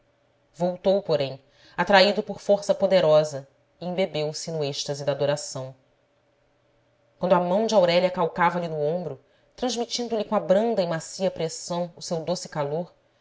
voltou porém atraído por força poderosa e embebeu se no êxtase da adoração quando a mão de aurélia calcava lhe no ombro transmi tindo lhe com a branda e macia pressão o seu doce calor